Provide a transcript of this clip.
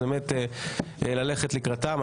אז אני באמת מבקש ללכת לקראתם.